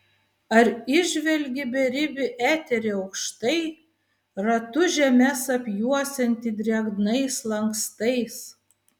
ar įžvelgi beribį eterį aukštai ratu žemes apjuosiantį drėgnais lankstais